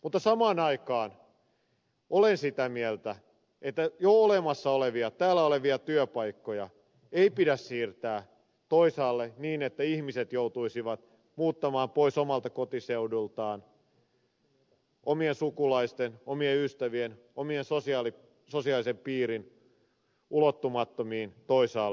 mutta samaan aikaan olen sitä mieltä että jo olemassa olevia täällä olevia työpaikkoja ei pidä siirtää toisaalle niin että ihmiset joutuisivat muuttamaan pois omalta kotiseudultaan omien sukulaisten omien ystävien oman sosiaalisen piirin ulottumattomiin toisaalle